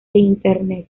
internet